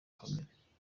kamere